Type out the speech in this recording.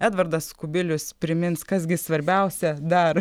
edvardas kubilius primins kas gi svarbiausia dar